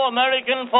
American